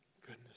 goodness